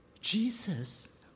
Jesus